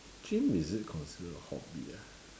gym is it considered a hobby ah